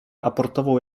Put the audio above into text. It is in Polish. aportował